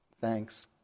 thanks